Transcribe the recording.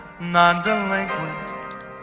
non-delinquent